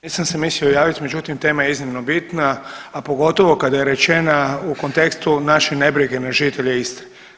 Nisam se mislio javiti međutim tema je iznimno bitna, a pogotovo kada je rečena u kontekstu naše nebrige na žitelje Istre.